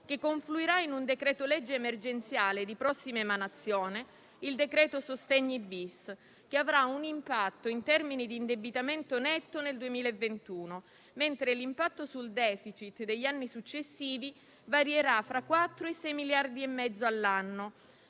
che confluirà in un decreto-legge emergenziale, di prossima emanazione, il decreto sostegni-*bis*, che avrà un impatto in termini di indebitamento netto nel 2021, mentre l'impatto sul *deficit* degli anni successivi varierà fra 4 e 6,5 miliardi all'anno,